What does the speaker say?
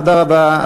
תודה רבה.